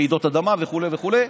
רעידות אדמה וכו' וכו'.